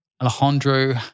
Alejandro